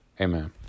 Amen